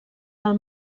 del